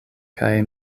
kaj